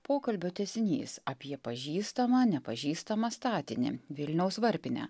pokalbio tęsinys apie pažįstamą nepažįstamą statinį vilniaus varpinę